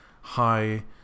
High